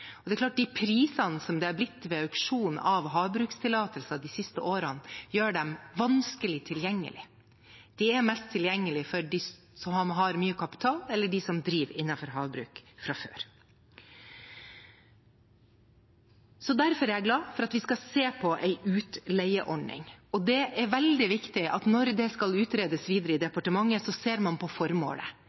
Det er klart at de prisene som har blitt ved auksjon av havbrukstillatelser de siste årene, gjør dem vanskelig tilgjengelig. De er mest tilgjengelig for dem som har mye kapital, eller som driver innenfor havbruk fra før. Derfor er jeg glad for at vi skal se på en utleieordning. Det er også veldig viktig, når dette skal utredes videre i departementet, at man ser på formålet,